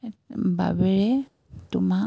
বাবেৰে তোমাক